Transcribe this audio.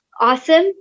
awesome